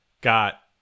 got